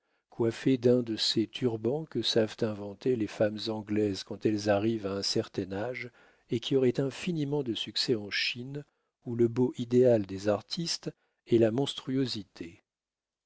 coiffée d'un de ces turbans que savent inventer les femmes anglaises quand elles arrivent à un certain âge et qui auraient infiniment de succès en chine où le beau idéal des artistes est la monstruosité